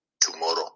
tomorrow